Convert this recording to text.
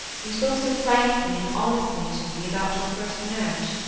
you spoke so frankly and honestly to me about your first marriage.